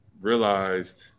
realized